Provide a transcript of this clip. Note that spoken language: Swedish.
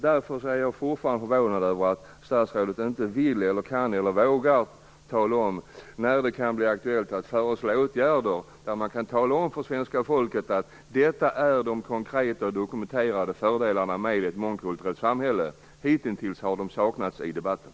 Därför är jag fortfarande förvånad över att statsrådet inte vill, kan eller vågar tala om när det kan bli aktuellt att föreslå åtgärder, där man talar om för svenska folket vilka de dokumenterade fördelarna med ett mångkulturellt samhälle är. Hitintills har det saknats i debatten.